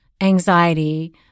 anxiety